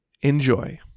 Enjoy